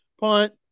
punt